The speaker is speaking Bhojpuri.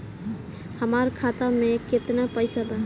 हमार खाता में केतना पैसा बा?